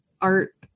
art